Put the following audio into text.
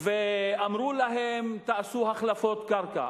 אמרו להם: תעשו החלפות קרקע,